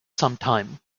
sometime